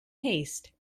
haste